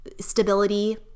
stability